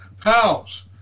pals